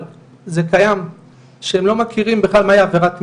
אבל זה קיים - שהם לא מכירים בכלל מהי עבירת מין,